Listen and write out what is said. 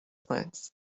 plants